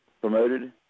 promoted